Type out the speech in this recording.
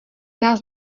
nás